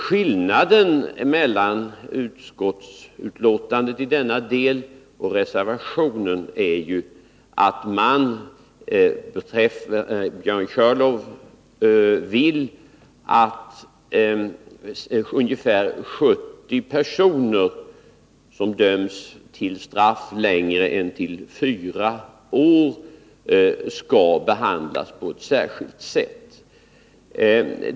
Skillnaden mellan utskottsmajoriteten och reservanterna, till vilka Björn Körlof hör, är att reservanterna vill att de ungefär 70 personer som döms till längre straff än fyra år skall behandlas på ett särskilt sätt.